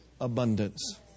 abundance